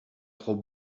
trop